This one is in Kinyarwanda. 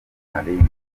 aline